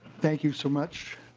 thank you so much.